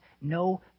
no